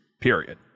period